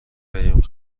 بریم